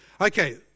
Okay